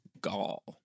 Gall